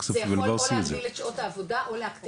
זאת אומרת מה עושים עם זה?